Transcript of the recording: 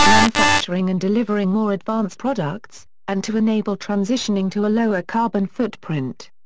manufacturing and delivering more advanced products, and to enable transitioning to a lower carbon footprint.